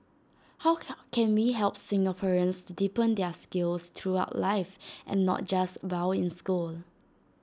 how can can we help Singaporeans to deepen their skills throughout life and not just while in school